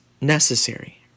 necessary